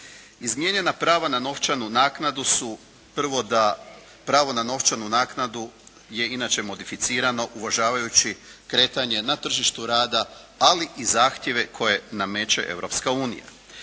Izmijenjena prava na novčanu naknadu su prvo da pravo na novčanu naknadu je inače modificirano uvažavajući kretanje na tržištu rada ali i zahtjeve koje nameće